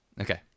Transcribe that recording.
Okay